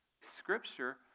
scripture